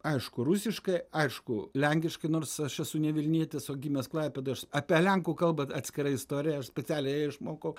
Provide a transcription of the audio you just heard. aišku rusiškai aišku lenkiškai nors aš esu ne vilnietis o gimęs klaipėdoj aš apie lenkų kalbą atskira istorija aš specialiai ją išmokau